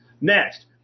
Next